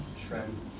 Trend